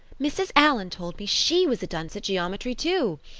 mrs. allan told me she was a dunce at geometry too.